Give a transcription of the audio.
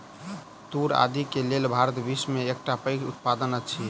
तूर आदि के लेल भारत विश्व में एकटा पैघ उत्पादक अछि